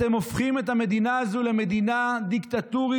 ואתם הופכים את המדינה הזאת למדינה דיקטטורית,